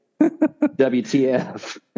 WTF